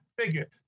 figure